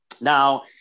Now